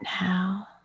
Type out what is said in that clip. now